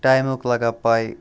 ٹایمُک لَگان پاے